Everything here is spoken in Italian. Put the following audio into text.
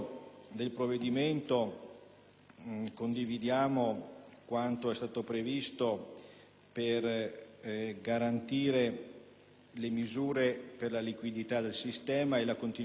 condividiamo quanto è stato previsto per garantire la liquidità del sistema e la continuità nell'erogazione del credito alle